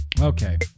Okay